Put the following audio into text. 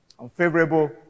Unfavorable